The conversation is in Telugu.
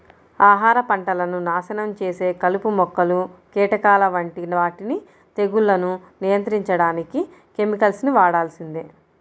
ఆహార పంటలను నాశనం చేసే కలుపు మొక్కలు, కీటకాల వంటి వాటిని తెగుళ్లను నియంత్రించడానికి కెమికల్స్ ని వాడాల్సిందే